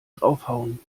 draufhauen